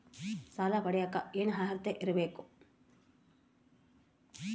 ಸಾಲ ಪಡಿಯಕ ಏನು ಅರ್ಹತೆ ಇರಬೇಕು?